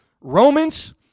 Romans